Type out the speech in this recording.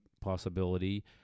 possibility